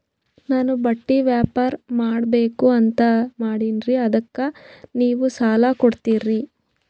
ನಾನು ಬಟ್ಟಿ ವ್ಯಾಪಾರ್ ಮಾಡಬಕು ಅಂತ ಮಾಡಿನ್ರಿ ಅದಕ್ಕ ನೀವು ಸಾಲ ಕೊಡ್ತೀರಿ?